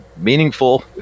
meaningful